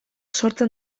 sortzen